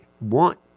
want